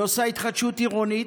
היא עושה התחדשות עירונית,